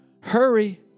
hurry